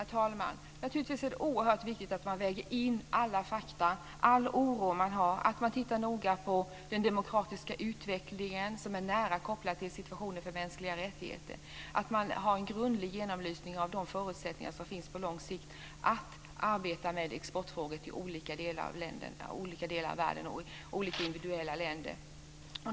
Herr talman! Naturligtvis är det oerhört viktigt att man väger in alla fakta och all oro som man har och att man tittar noga på den demokratiska utvecklingen som är nära kopplad till situationen för mänskliga rättigheter, att man har en grundlig genomlysning av de förutsättningar som finns på lång sikt att arbeta med frågor om export till olika delar av världen och olika länder.